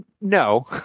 no